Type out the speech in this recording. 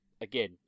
again